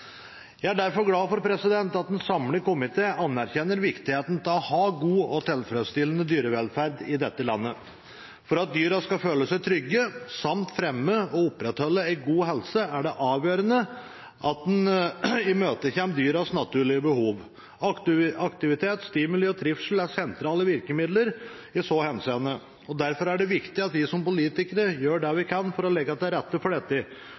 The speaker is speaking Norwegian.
Jeg er derfor glad for at en samlet komité anerkjenner viktigheten av å ha god og tilfredsstillende dyrevelferd i dette landet. For at dyrene skal føle seg trygge, og for å fremme og opprettholde god helse, er det avgjørende at en imøtekommer dyrenes naturlige behov. Aktivitet, stimuli og trivsel er sentrale virkemidler i så henseende, og derfor er det viktig at vi som politikere gjør det vi kan for å legge til rette for dette,